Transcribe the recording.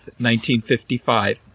1955